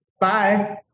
Bye